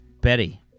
Betty